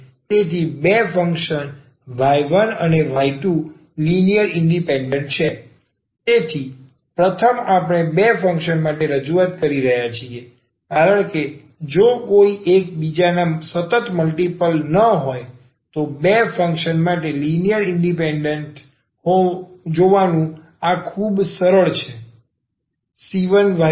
તેથી બે function y1 અને y2 લિનિયર ઇન્ડિપેન્ડન્ટ છે તેથી પ્રથમ આપણે બે ફંક્શન માટે રજૂઆત કરી રહ્યાં છીએ કારણ કે જો કોઈ એક બીજાના સતત મલ્ટીપલ ન હોય તો બે ફંક્શન માટે લિનિયર ઇન્ડિપેન્ડન્ટ તા જોવાનું આ ખૂબ સરળ છે